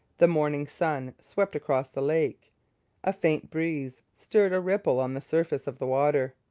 the morning sun swept across the lake a faint breeze stirred a ripple on the surface of the water.